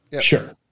Sure